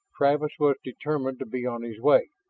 travis was determined to be on his way.